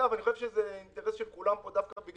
דרך אגב,